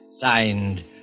Signed